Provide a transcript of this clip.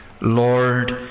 Lord